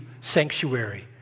sanctuary